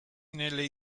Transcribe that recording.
nelle